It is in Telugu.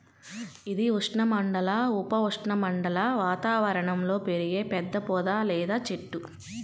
ఇది ఉష్ణమండల, ఉప ఉష్ణమండల వాతావరణంలో పెరిగే పెద్ద పొద లేదా చెట్టు